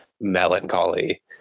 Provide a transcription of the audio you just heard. Melancholy